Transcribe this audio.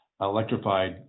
electrified